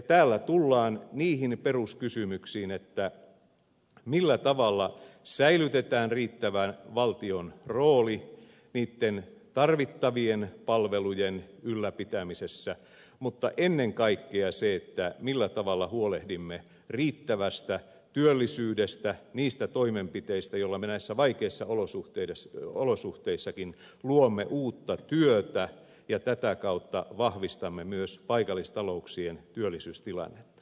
täällä tullaan niihin peruskysymyksiin millä tavalla säilytetään riittävä valtion rooli niitten tarvittavien palvelujen ylläpitämisessä mutta ennen kaikkea millä tavalla huolehdimme riittävästä työllisyydestä niistä toimenpiteistä joilla me näissä vaikeissa olosuhteissakin luomme uutta työtä ja tätä kautta vahvistamme myös paikallistalouksien työllisyystilannetta